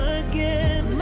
again